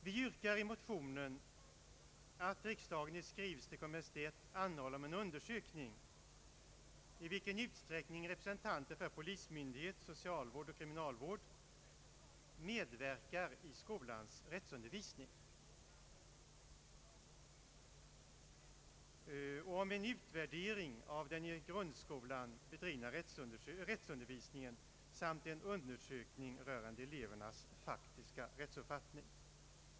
Vi yrkar i motionen att riksdagen i skrivelse till Kungl. Maj:t anhåller om en undersökning om i vilken utsträckning representanter för polismyndighet, socialvård och kriminalvård medverkar i grundskolans rättsundervisning, en utvärdering av den i grundskolan bedrivna rättsundervisningen samt en undersökning rörande elevernas faktiska rättsuppfattning.